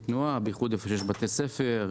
במיוחד היכן שיש בתי ספר,